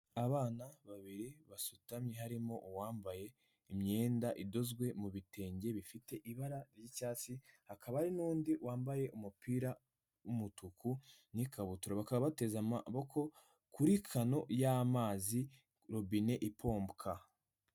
Abana babiri basutamye harimo uwambaye imyenda idozwe mu bitenge bifite ibara ry'icyatsi, hakaba hari n'undi wambaye umupira w'umutuku n'ikabutura, bakaba bateze amaboko kuri kano y'amazi robine ipompwa.